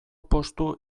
postu